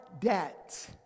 debt